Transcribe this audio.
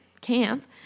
camp